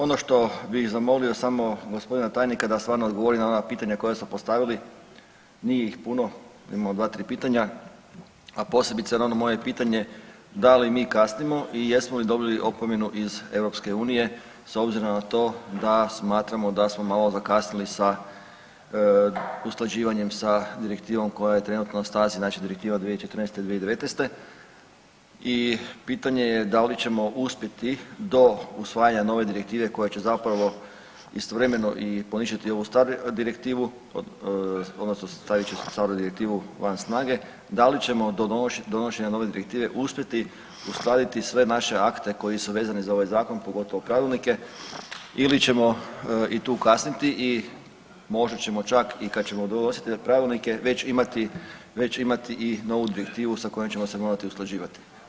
Ono što bih zamolio samo gospodina tajnika da stvarno odgovori na ona pitanja koja smo postavili, nije ih puno, imamo 2-3 pitanja, a posebice na ono moje pitanje da li mi kasnimo i jesmo li dobili opomenu iz EU s obzirom na to da smatramo da smo malo zakasnili sa usklađivanjem sa direktivom koja je trenutno na snazi, znači Direktiva 2014/2019 i pitanje je da li ćemo uspjeti do usvajanja nove direktive koja će zapravo istovremeno i poništiti ovu staru direktivu odnosno stavit će staru direktivu van snage, da li ćemo do donošenja nove direktive uspjeti uskladiti sve naše akte koji su vezani za ovaj zakon, pogotovo pravilnike ili ćemo i tu kasniti i možda ćemo čak i kad ćemo donositi te pravilnike već imati, već imati i novu direktivu sa kojom ćemo se morati usklađivati.